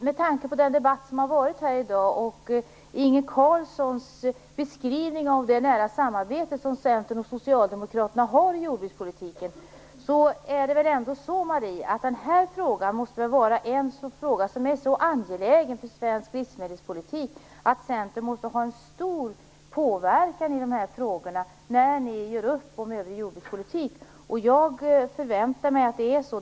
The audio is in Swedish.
Med tanke på debatten i dag och på Inge Carlssons beskrivning av det nära samarbete Centern och Socialdemokraterna har i jordbrukspolitiken, måste väl ändå detta vara en fråga som är så angelägen för svensk livsmedelspolitik att Centern har stor påverkan på detta när ni gör upp om övrig jordbrukspolitik. Jag förväntar mig att det är så.